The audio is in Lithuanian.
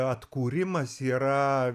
atkūrimas yra